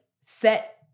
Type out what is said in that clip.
set